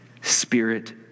spirit